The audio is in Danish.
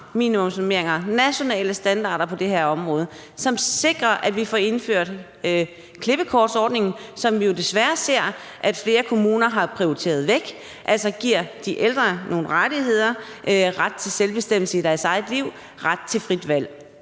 minimumsnormeringer, nationale standarder, på det her område, og som sikrer, at vi får indført klippekortordningen, som vi jo desværre ser at flere kommuner har prioriteret væk, og altså giver de ældre nogle rettigheder: ret til selvbestemmelse i deres eget liv og ret til frit valg.